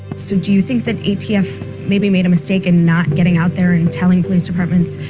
so do you think that atf maybe made a mistake in not getting out there and telling police departments,